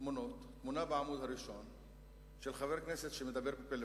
תמונות: תמונה בעמוד הראשון של חבר כנסת שמדבר בפלאפון,